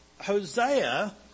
Hosea